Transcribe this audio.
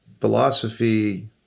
philosophy